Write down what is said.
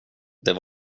det